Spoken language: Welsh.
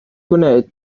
gwneud